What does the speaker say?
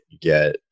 get